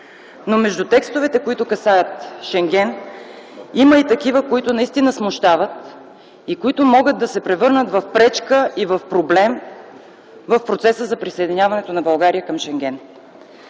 Но между текстовете, които касаят Шенген, има и такива, които наистина смущават и които могат да се превърнат в пречка и в проблем в процеса за присъединяването на България към Шенген.